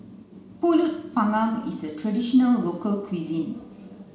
pulut panggang is a traditional local cuisine